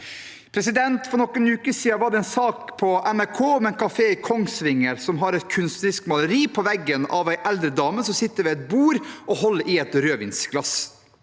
debatten. For noen uker siden var det en sak på NRK om en kafé i Kongsvinger som har et kunstnerisk maleri på veggen av en eldre dame som sitter ved et bord og holder i et rødvinsglass.